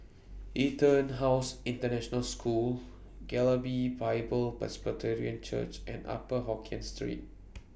Etonhouse International School Galibee Bible Presbyterian Church and Upper Hokkien Street